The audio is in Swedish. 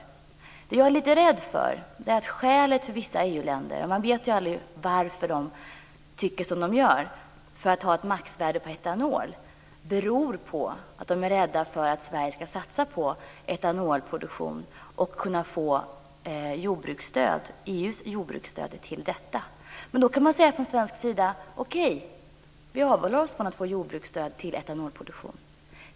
Det som jag är lite rädd för är att skälet för vissa EU-länder att ha ett maxvärde för etanol är att de är rädda för att Sverige ska satsa på etanolproduktion och kunna få EU:s jordbruksstöd för detta. Men då kan vi säga att vi avhåller oss från att söka jordbruksstöd till etanolproduktion.